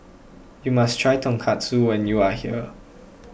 you must try Tonkatsu when you are here